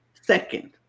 Second